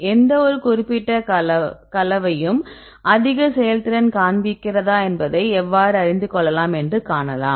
எந்தவொரு குறிப்பிட்ட கலவையும் அதிக செயல்திறன் காண்பிக்கிறதா என்பதை எவ்வாறு அறிந்து கொள்ளலாம் என்று காணலாம்